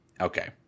okay